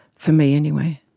for me anyway.